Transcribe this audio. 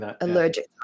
allergic